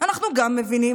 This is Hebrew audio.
אנחנו גם מבינים,